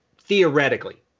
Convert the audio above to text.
theoretically